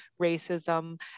racism